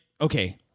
okay